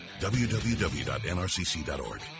www.nrcc.org